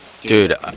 Dude